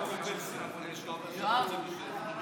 שלוש דקות.